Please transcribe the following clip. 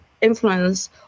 influence